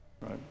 right